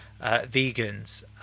vegans